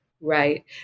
right